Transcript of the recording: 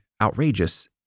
outrageous